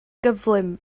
gyflym